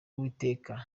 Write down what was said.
uwiteka